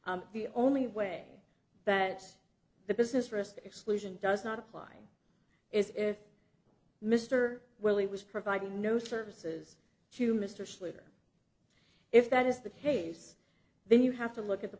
the only way that the business risk exclusion does not apply is if mr willie was providing no services to mr slater if that is the case then you have to look at the